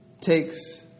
takes